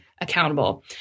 accountable